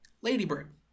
Ladybird